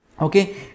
Okay